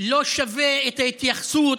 לא שווה את ההתייחסות,